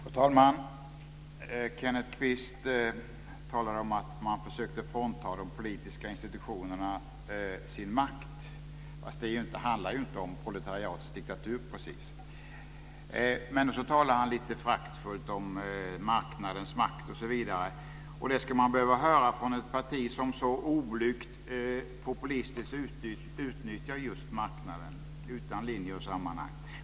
Fru talman! Kenneth Kvist talar om att man försökte frånta de politiska institutionerna deras makt. Men det handlar ju inte om proletariatets diktatur precis. Han talar lite föraktfullt om marknadens makt osv. Och det ska man behöva höra från ett parti som så oblygt populistiskt utnyttjar just marknaden utan linje och sammanhang.